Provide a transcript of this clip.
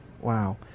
Wow